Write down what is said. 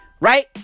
Right